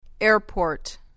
airport